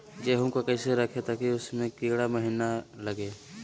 गेंहू को कैसे रखे ताकि उसमे कीड़ा महिना लगे?